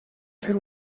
fer